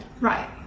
Right